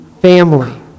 family